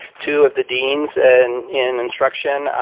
two of the dean's and in instruction.